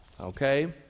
Okay